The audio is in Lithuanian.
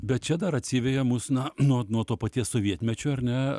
bet čia dar atsiveja mus na nuo nuo to paties sovietmečio ar ne